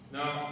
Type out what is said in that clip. Now